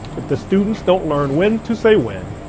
if the students don't learn when to say when,